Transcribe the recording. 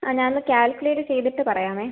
ആ ഞാനൊന്ന് കാൽക്കുലേറ്റ് ചെയ്തിട്ട് പറയാമേ